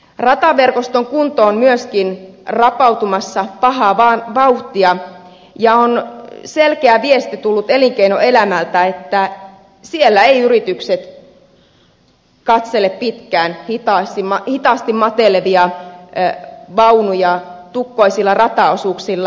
rataverkoston kunto on myöskin rapautumassa pahaa vauhtia ja on selkeä viesti tullut elinkeinoelämältä että siellä eivät yritykset katsele pitkään hitaasti matelevia vaunuja tukkoisilla rataosuuksilla